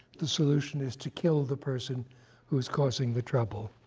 the solution is to kill the person who is causing the trouble.